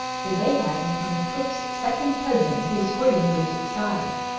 for they had them from the cook's second cousin who was courting bridget stiles.